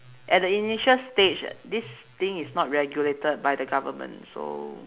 at the initial stage this thing is not regulated by the government so